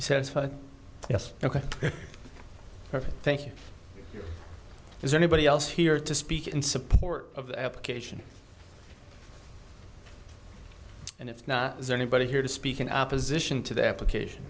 he said yes ok ok thank you is anybody else here to speak in support of the application and it's not there anybody here to speak in opposition to the application